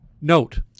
Note